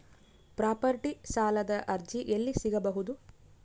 Property ಸಾಲದ ಅರ್ಜಿ ಎಲ್ಲಿ ಸಿಗಬಹುದು?